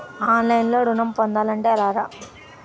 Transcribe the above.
ఆన్లైన్లో ఋణం పొందాలంటే ఎలాగా?